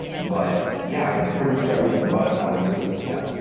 but yeah, pretty much everyone but, i would assume, yeah.